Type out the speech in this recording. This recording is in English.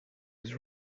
his